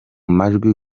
majwi